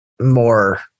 more